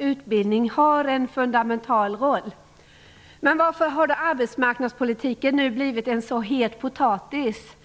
Utbildning har en fundamental roll. Varför har arbetsmarknadspolitiken nu blivit en så het potatis?